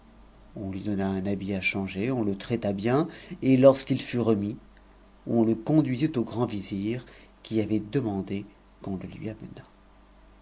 on lui donna un habit à changer on le traita bien et lorsqu'il fut on le conduisit au grand vizir qui avait demandé qu'on le lui amc